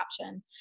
option